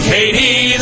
Katie